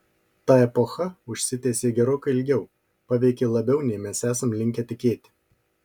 ta epocha užsitęsė gerokai ilgiau paveikė labiau nei mes esam linkę tikėti